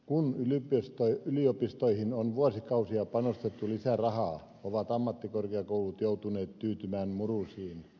kun yliopistoihin on vuosikausia panostettu lisää rahaa ovat ammattikorkeakoulut joutuneet tyytymään murusiin